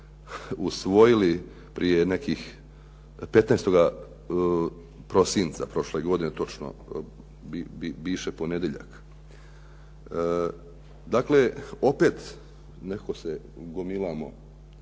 usvojili 15. prosinca prošle godine, bivši ponedjeljak. Dakle, opet nekako se gomilamo